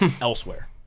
elsewhere